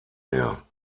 mehr